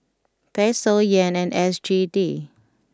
Peso Yen and S G D